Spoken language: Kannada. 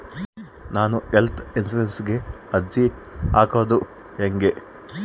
ನಾನು ಹೆಲ್ತ್ ಇನ್ಸುರೆನ್ಸಿಗೆ ಅರ್ಜಿ ಹಾಕದು ಹೆಂಗ?